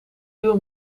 nieuwe